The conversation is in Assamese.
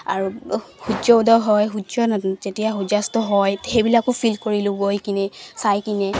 আৰু সূৰ্যোদয় হয় সূৰ্য যেতিয়া সূৰ্যাস্ত হয় সেইবিলাকো ফিল কৰিলো গৈ কিনে চাই কিনে